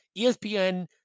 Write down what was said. ESPN